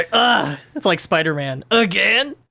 ah ah it's like spider-man, again?